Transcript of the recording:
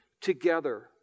together